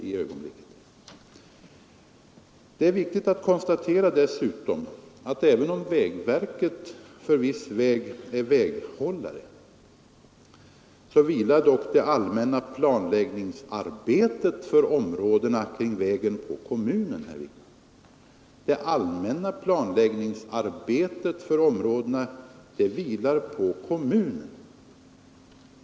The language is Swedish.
Det är dessutom viktigt att konstatera att även om vägverket för viss väg är väghållare, så vilar dock det allmänna planläggningsarbetet för områdena kring vägen på kommunen, herr Wijkman.